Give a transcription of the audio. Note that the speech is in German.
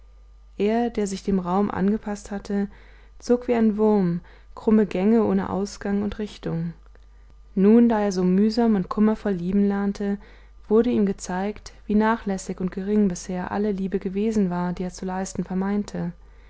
er der sich dem raum angepaßt hatte zog wie ein wurm krumme gänge ohne ausgang und richtung nun da er so mühsam und kummervoll lieben lernte wurde ihm gezeigt wie nachlässig und gering bisher alle liebe gewesen war die er zu leisten